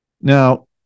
Now